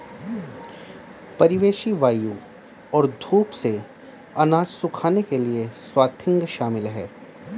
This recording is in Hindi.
परिवेशी वायु और धूप से अनाज सुखाने के लिए स्वाथिंग शामिल है